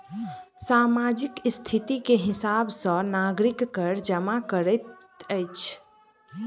सामाजिक स्थिति के हिसाब सॅ नागरिक कर जमा करैत अछि